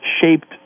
shaped